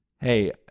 hey